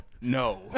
No